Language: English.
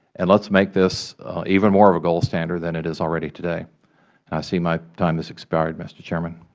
and let's make this even more of a gold standard than it is already today. i see my time has expired, mr. chairman.